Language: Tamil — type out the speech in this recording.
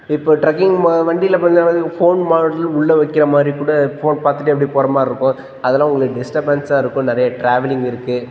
இப்போ ட்ரெக்கிங் வ வண்டியில் ஃபோன் மாடல் உள்ள வெக்கிற மாதிரி கூட ஃபோன் பார்த்துட்டே அப்டேயே போகிற மாதிரி இருக்கும் அதல்லாம் உங்களுக்கு டிஸ்டர்பன்ஸாக இருக்கும் நிறைய ட்ராவலிங் இருக்குது